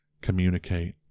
communicate